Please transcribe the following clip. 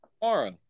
tomorrow